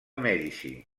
mèdici